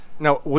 Now